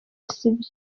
sibyo